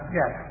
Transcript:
yes